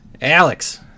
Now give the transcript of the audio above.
Alex